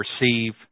receive